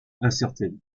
incertaines